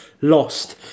lost